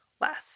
less